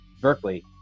Berkeley